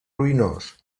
ruïnós